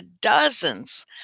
dozens